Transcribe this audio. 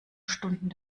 stunden